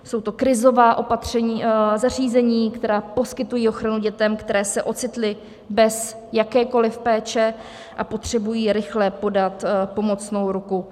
Jsou to krizová zařízení, která poskytují ochranu dětem, které se ocitly bez jakékoliv péče a potřebují rychle podat pomocnou ruku.